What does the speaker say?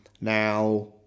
Now